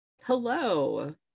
hello